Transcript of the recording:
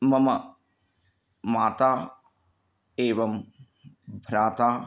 मम माता एवं भ्राता